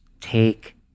take